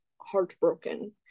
heartbroken